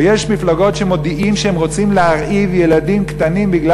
ויש מפלגות שמודיעות שהן רוצות להרעיב ילדים קטנים מפני